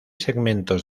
segmentos